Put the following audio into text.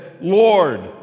Lord